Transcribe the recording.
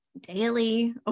daily